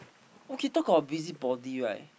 okay talk about busy body right